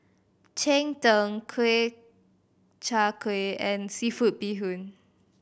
cheng tng kui Chai Kuih and seafood bee hoon